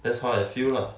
that's how I feel lah